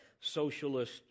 socialist